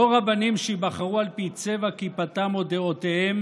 לא רבנים שייבחרו על פי צבע כיפתם או דעותיהם